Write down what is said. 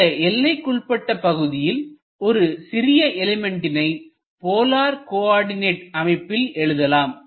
இந்த எல்லைக்குட்பட்ட பகுதியில் ஒரு சிறிய எலிமெண்ட்டிணை போலார் கோஆர்டிநெட் அமைப்பில் எழுதலாம்